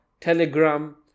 Telegram